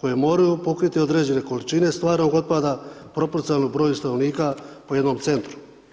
koju moraju pokriti određene količine stvarnog otpada proporcionalno broju stanovnika u jednom centru.